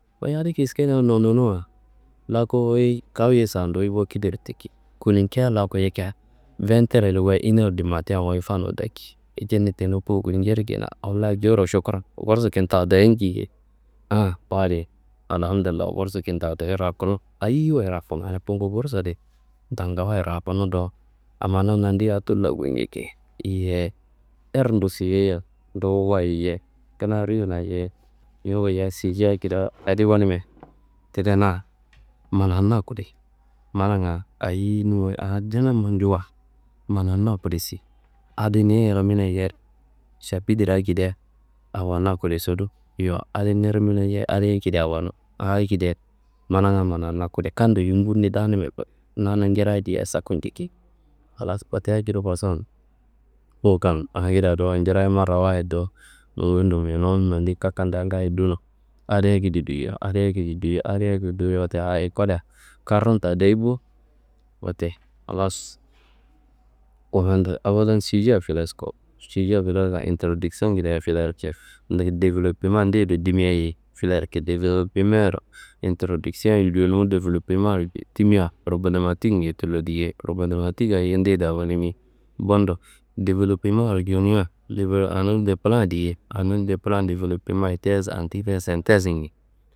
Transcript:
Wuyi adi kiskena nononuwa, laku wuyi kawuye sadoi bo, kidaro tiki kununcea laku yikia ven teredi goyu iner di matin fanu daki cuni tenu ko gulcarki larro halnda cowuro šokuron, gursu kintawu dayi ciyei. Aa wu adi Alhamdullayi, gursu kintawu dayi rakunu ayi wayi rakunu ungo gursa adi tanga wayi rakunu do amana nondi a tullo gulnjaki. Yeyi erdo suyiyoia nduwu wayi ye, kina ruyona wu woyiya sije akedia adi wunumia tidena mananna kude. Mananga ayinuwa a dunanun juwa, mananna kude se adi niyi rimina yeyi, šapitir akedia awonna kude sedu, yowo adi ni rimina yeyi adi akediro awonu a akedia mananga mananuna kude kando yumbu. Ni daanumi kude nanun njirayi dia saku ciki, halas wote akediro kosuwan, wukan akedia dowo jirayi marawayid do, bundo menu nondi kakaduda ngaayo duno. Adeye akediro duyo, adeye akediro duwo, adeye akediro duyo, wote a ekolla karron ta dayi bo. Wote halas awolan sijea fileskorno, sijea fileskaria introdiksiongedea filerki, nidevelopema ndeye do dimiaye filerki, developemaro introdiksa ñonowu developema timiwa problematik ñuno tullo diye, problematikaye ndeyediro awonimi, bundo developemaro cunuyia awonun du pla diye, anun du pla developema tes atites sentes.